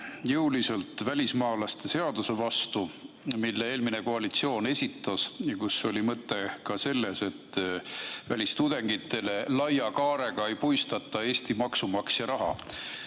jõuliselt välismaalaste seaduse muutmise vastu, mille eelmine koalitsioon esitas ja mille oli mõte ka selles, et välistudengitele laia kaarega ei puistata Eesti maksumaksja raha.